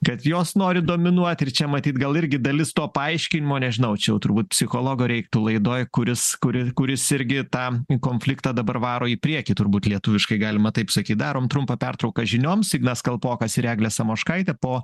kad jos nori dominuot ir čia matyt gal irgi dalis to paaiškinimo nežinau čia jau turbūt psichologo reiktų laidoj kuris kuri kuris irgi tą konfliktą dabar varo į priekį turbūt lietuviškai galima taip sakyt darom trumpą pertrauką žinioms ignas kalpokas ir eglė samoškaitė po